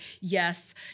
yes